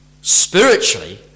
spiritually